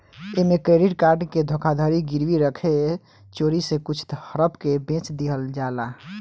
ऐमे credit card के धोखाधड़ी गिरवी रखे चोरी से कुछ हड़प के बेच दिहल जाला